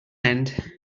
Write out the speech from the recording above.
end